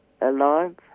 alive